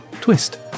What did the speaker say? twist